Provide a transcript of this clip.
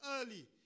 early